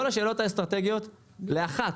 אף אחת